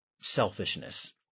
selfishness